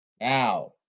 Now